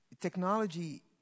technology